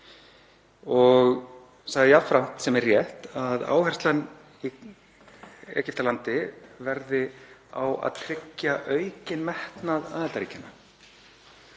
og sagði jafnframt, sem er rétt, að áherslan í Egyptalandi verði á að tryggja aukinn metnað aðildarríkjanna.